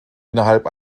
innerhalb